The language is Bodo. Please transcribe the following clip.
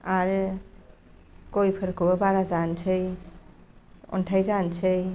आरो गयफोरखौबो बारा जानोसै अनथाय जानोसै